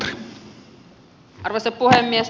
arvoisa puhemies